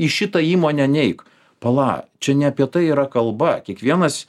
į šitą įmonę neik pala čia ne apie tai yra kalba kiekvienas